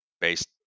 based